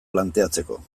planteatzeko